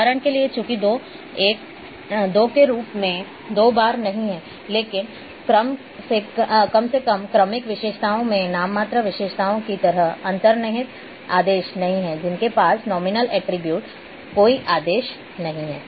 उदाहरण के लिए चूंकि दो एक के रूप में दो बार नहीं हैं लेकिन कम से कम क्रमिक विशेषताओं में नाममात्र विशेषताओं की तरह अंतर्निहित आदेश नहीं हैं जिनके पास कोई आदेश नहीं है